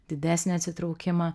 didesnį atsitraukimą